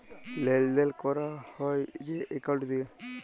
লেলদেল ক্যরা হ্যয় যে একাউল্ট দিঁয়ে